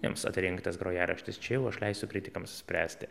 jiems atrinktas grojaraštis čia jau aš leisiu kritikams spręsti